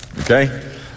Okay